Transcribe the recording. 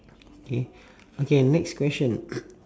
K okay next question